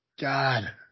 God